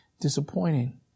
disappointing